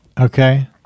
Okay